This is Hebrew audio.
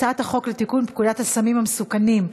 הצעת חוק לתיקון פקודת הסמים המסוכנים,